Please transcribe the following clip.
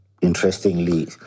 interestingly